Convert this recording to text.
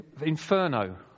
Inferno